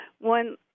one